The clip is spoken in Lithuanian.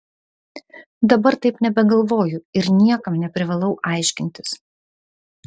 dabar taip nebegalvoju ir niekam neprivalau aiškintis